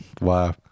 Wow